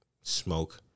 smoke